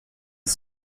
ils